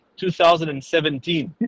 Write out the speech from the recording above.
2017